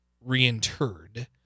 reinterred